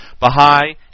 Baha'i